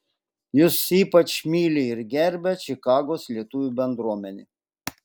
jus ypač myli ir gerbia čikagos lietuvių bendruomenė